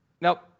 Now